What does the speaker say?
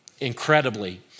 incredibly